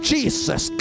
Jesus